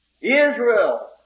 Israel